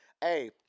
Hey